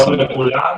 שלום לכולם.